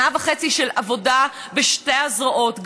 שנה וחצי של עבודה בשתי הזרועות,